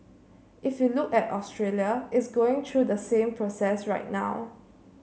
if you look at Australia it's going through the same process right now